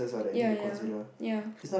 ya ya ya